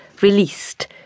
released